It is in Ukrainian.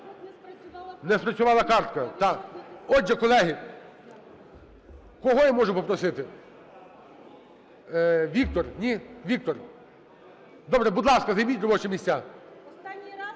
Не спрацювала картка. Так. Отже, колеги, кого я можу попросити? Віктор, ні? Віктор. Добре. Будь ласка, займіть робочі місця.